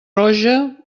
roja